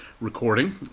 recording